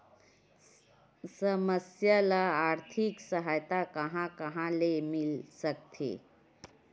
समस्या ल आर्थिक सहायता कहां कहा ले मिल सकथे?